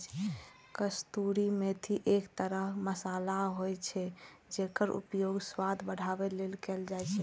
कसूरी मेथी एक तरह मसाला होइ छै, जेकर उपयोग स्वाद बढ़ाबै लेल कैल जाइ छै